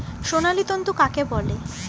সোনালী তন্তু কাকে বলে?